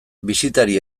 bisitari